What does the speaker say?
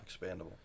Expandable